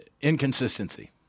Inconsistency